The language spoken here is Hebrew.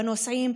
בנוסעים,